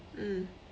mm